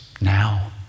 now